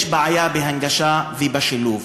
יש בעיה בהנגשה ובשילוב.